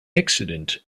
accident